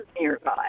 nearby